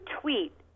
tweet